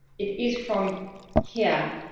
it is from here,